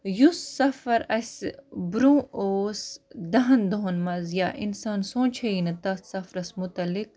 یُس سَفر اَسہِ برٛونٛہہ اوس دَہَن دۄہَن منٛز یا اِنسان سونٛچ ہے یی نہٕ تَتھ سَفرَس مُتعلِق